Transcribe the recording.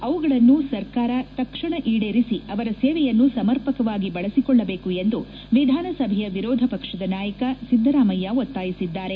ಅವುಗಳನ್ನು ಸರ್ಕಾರ ತಕ್ಷಣ ಈಡೇರಿಸಿ ಅವರ ಸೇವೆಯನ್ನು ಸಮರ್ಪಕವಾಗಿ ಬಳಸಿಕೊಳ್ಳಬೇಕು ಎಂದು ವಿಧಾನಸಭೆಯ ವಿರೋಧ ಪಕ್ಷದ ನಾಯಕ ಸಿದ್ದರಾಮಯ್ಯ ಒತ್ತಾಯಿಸಿದ್ದಾರೆ